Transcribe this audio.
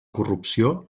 corrupció